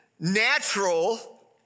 Natural